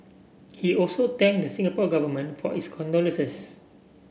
he also thank the Singapore Government for its condolences